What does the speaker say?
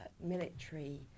military